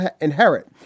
inherit